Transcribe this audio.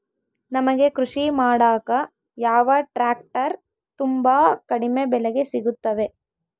ನಮಗೆ ಕೃಷಿ ಮಾಡಾಕ ಯಾವ ಟ್ರ್ಯಾಕ್ಟರ್ ತುಂಬಾ ಕಡಿಮೆ ಬೆಲೆಗೆ ಸಿಗುತ್ತವೆ?